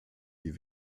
die